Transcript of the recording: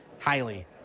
highly